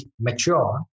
mature